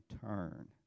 turn